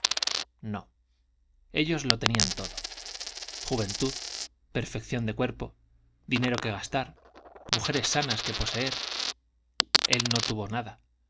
no ellos lo tenían todo juventud perfección de cuerpo dinero que gastar mujeres sanas que poseer él n'o tuvo nada